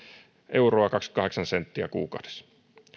euroa kaksikymmentäkahdeksan senttiä kuukaudessa